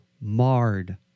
marred